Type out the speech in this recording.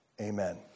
amen